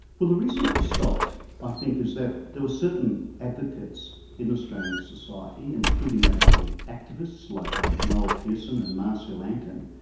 well, the reason it was stopped i think is that there were certain advocates in australian society, including aboriginal activists like ah noel pearson and marcia langton,